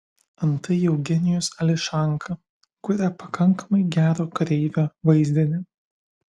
antai eugenijus ališanka kuria pakankamai gero kareivio vaizdinį